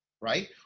right